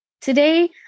Today